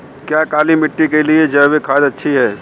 क्या काली मिट्टी के लिए जैविक खाद अच्छी है?